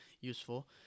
useful